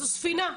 זאת ספינה.